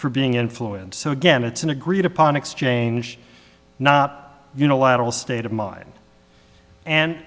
for being influenced so again it's an agreed upon exchange not unilateral state of mind and